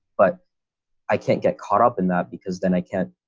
but i can't get caught up in that because then i can